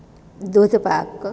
દૂધપાક